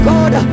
God